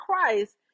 Christ